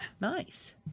Nice